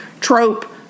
trope